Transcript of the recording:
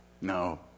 No